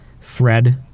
thread